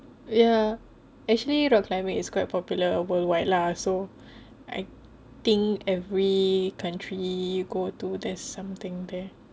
ya actually rock climbing is quite popular worldwide lah so I think every country you go to there's something there